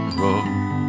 road